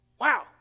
Wow